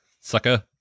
sucker